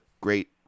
great